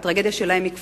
הטרגדיה שלהם היא כפולה,